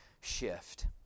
shift